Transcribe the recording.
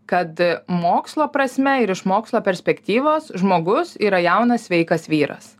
kad mokslo prasme ir iš mokslo perspektyvos žmogus yra jaunas sveikas vyras